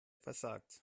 versagt